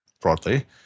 broadly